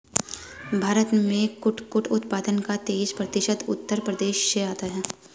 भारत में कुटकुट उत्पादन का तेईस प्रतिशत उत्तर प्रदेश से आता है